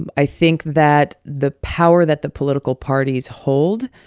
and i think that the power that the political parties hold